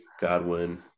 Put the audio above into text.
Godwin